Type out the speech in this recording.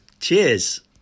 Cheers